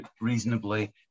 reasonably